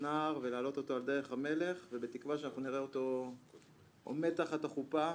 נער ולהעלות אותו על דרך המלך ובתקווה שאנחנו נראה אותו עומד תחת החופה